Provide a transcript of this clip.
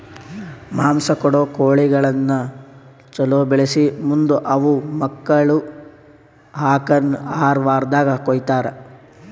ಮಾಂಸ ಕೊಡೋ ಕೋಳಿಗಳನ್ನ ಛಲೋ ಬೆಳಿಸಿ ಮುಂದ್ ಅವು ಮಕ್ಕುಳ ಹಾಕನ್ ಆರ ವಾರ್ದಾಗ ಕೊಯ್ತಾರ